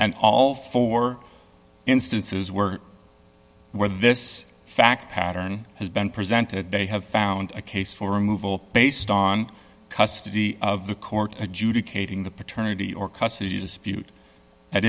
and all four instances were where this fact pattern has been presented they have found a case for removal based on custody of the court adjudicating the paternity or custody dispute a